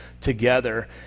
together